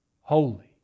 Holy